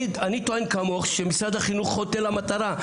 אני טוען כמוך שמשרד החינוך חוטא למטרה,